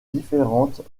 différentes